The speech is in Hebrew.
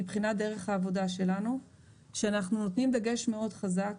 מבחינת דרך העבודה שלנו שאנחנו נותנים דגש חזק מאוד